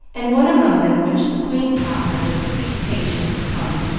and one among them which the queen taught her was sweet patience, come